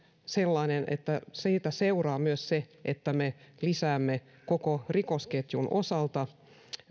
sellainen että siitä seuraa myös se että me lisäämme koko rikosketjun osalta